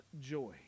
joy